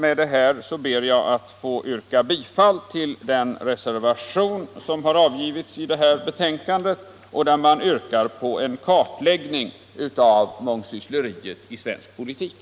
Med detta ber jag att få yrka bifall till den reservation som har avgivits i detta betänkande och där man yrkar på en kartläggning av mångsyssleriet i svensk politik.